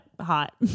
hot